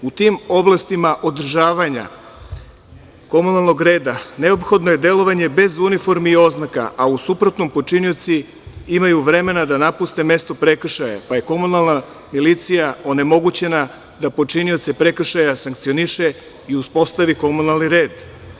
U tim oblastima održavanja komunalnog reda neophodno je delovanje bez uniformi i oznaka a u suprotnom počinioci imaju vremena napuste mesto prekršaja, pa je komunalna milicija onemogućena da počinioce prekršaja sankcioniše i uspostavi komunalni red.